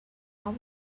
all